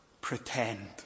pretend